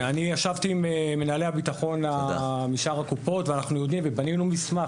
אני ישבתי עם מנהלי הביטחון בשאר הקופות ובנינו מסמך,